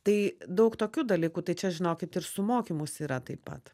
tai daug tokių dalykų tai čia žinokit ir su mokymusi yra taip pat